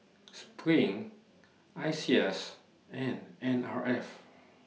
SPRING ISEAS and N R F